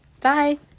bye